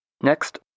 Next